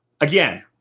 Again